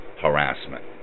harassment